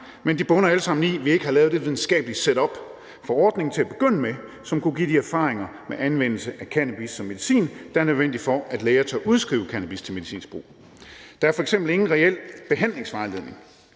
men de bunder alle sammen i, at vi ikke har lavet det videnskabelige setup for ordningen til at begynde med, som kunne give de erfaringer med anvendelse af cannabis som medicin, der er nødvendige for, at læger tør udskrive cannabis til medicinsk brug. Der er f.eks. ingen reel behandlingsvejledning.